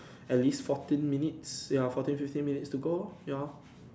at least fourteen minutes ya fourteen fifteen minutes to go you know